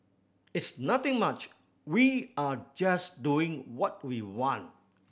it's nothing much we are just doing what we want